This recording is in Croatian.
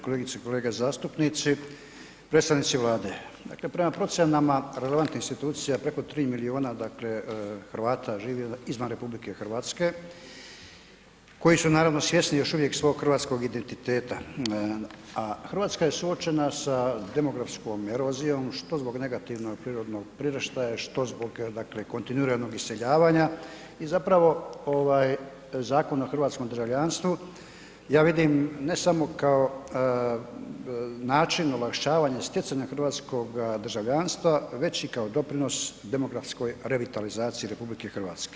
Kolegice i kolege zastupnici, predstavnici Vlade, dakle prema procjenama relevantnih institucija preko 3 miliona dakle Hrvata živi izvan RH, koji su naravno svjesni još uvijek svog hrvatskog identiteta, a Hrvatska je suočena sa demografskom erozijom, što zbog negativnog prirodnog priraštaja, što zbog dakle kontinuiranog iseljavanja i zapravo ovaj Zakon o hrvatskom državljanstvu ja vidim ne samo kao način olakšavanja stjecanja hrvatskoga državljanstva već i kao doprinos demografskoj revitalizaciji RH.